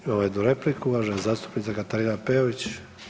Imamo jednu repliku, uvažena zastupnica Katarina Peović.